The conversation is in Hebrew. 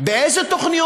באיזה תוכניות